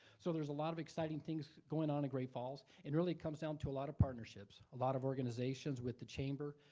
so there's a lot of exciting things going on in great falls and really it comes down to a lot of partnership, a lot of organizations with the chamber,